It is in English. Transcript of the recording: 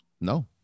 No